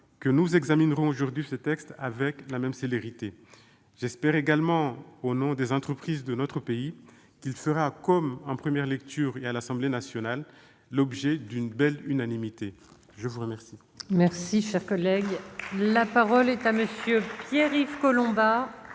que nous examinerons aujourd'hui ce texte avec la même célérité. J'espère également, au nom des entreprises de notre pays, que cette proposition de loi fera, comme en première lecture et comme à l'Assemblée nationale, l'objet d'une belle unanimité. La parole